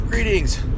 Greetings